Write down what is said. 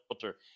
filter